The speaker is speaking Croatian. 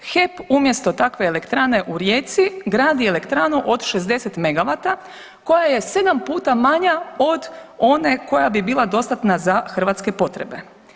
HEP umjesto takve elektrane u Rijeci gradi elektranu od 60 megavata koja je 7 puta manja od one koja bi bila dostatna za hrvatske potrebe.